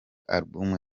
album